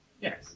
yes